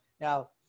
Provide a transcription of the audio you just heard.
now